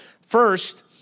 First